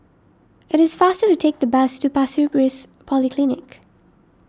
it is faster to take the bus to Pasir Ris Polyclinic